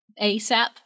ASAP